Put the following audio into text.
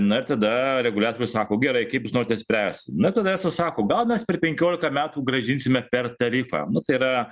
na ir tada reguliatorius sako gerai kaip jūs norite spręsti na ir tada eso sako gal mes per penkiolika metų grąžinsime per tarifą nu tai yra